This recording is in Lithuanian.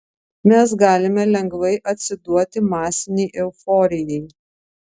mes galime lengvai atsiduoti masinei euforijai